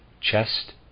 chest